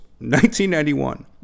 1991